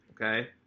okay